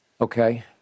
Okay